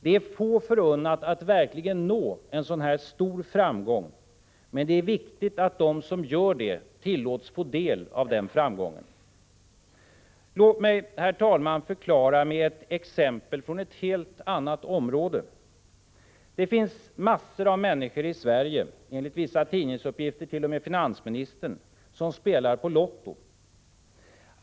Det är få förunnat att verkligen nå en stor framgång, men det är viktigt att de som gör det tillåts få del av den framgången. Herr talman! Låt mig förklara med ett exempel från ett helt annat område. Det finns massor av människor i Sverige — enligt vissa tidningsuppgifter t.o.m. också finansministern — som spelar på Lotto.